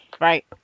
right